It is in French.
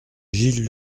gilles